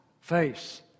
face